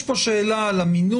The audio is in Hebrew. יש פה שאלה על המינון,